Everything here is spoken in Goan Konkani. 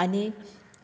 आनी